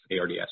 ARDS